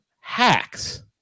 hacks